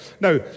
Now